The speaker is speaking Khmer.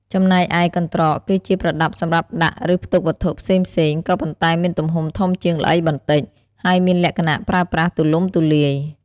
ចំណែកឯ កន្រ្តក គឺជាប្រដាប់សម្រាប់ដាក់ ឬផ្ទុកវត្ថុផ្សេងៗ ក៏ប៉ុន្តែមានទំហំធំជាងល្អីបន្តិច ហើយមានលក្ខណៈប្រើប្រាស់ទូលំទូលាយ។